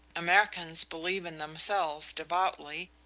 americans believe in themselves devoutly,